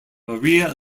maria